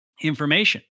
information